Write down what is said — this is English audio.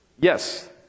yes